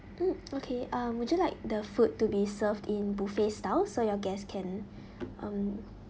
mm okay um would you like the food to be served in buffet style so your guests can um